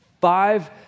Five